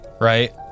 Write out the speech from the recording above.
right